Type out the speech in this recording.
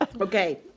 Okay